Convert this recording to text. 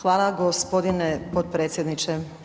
Hvala g. potpredsjedniče.